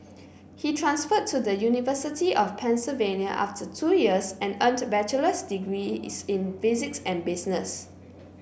he transferred to the University of Pennsylvania after two years and earned bachelor's degrees in physics and business